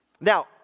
Now